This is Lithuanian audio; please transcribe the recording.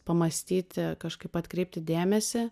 pamąstyti kažkaip atkreipti dėmesį